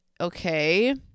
okay